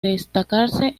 destacarse